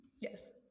Yes